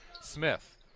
Smith